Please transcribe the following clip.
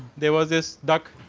they was just duct